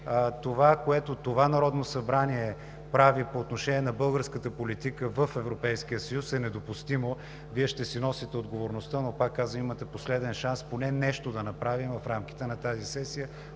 Това, което това Народно събрание прави по отношение на българската политика в Европейския съюз, е недопустимо. Вие ще си носите отговорността, но пак казвам, имате последен шанс поне нещо да направим в рамките на тази сесия,